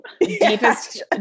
deepest